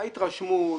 ההתרשמות,